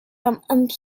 and